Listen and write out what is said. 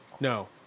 No